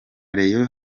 rayon